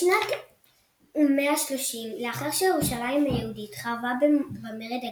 בשנת 130, לאחר שירושלים היהודית חרבה במרד הגדול,